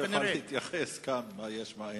אדוני השר יוכל להתייחס כאן למה יש ומה אין.